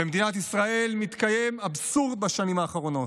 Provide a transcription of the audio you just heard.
במדינת ישראל מתקיים אבסורד בשנים האחרונות: